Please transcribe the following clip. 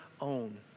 own